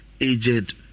Aged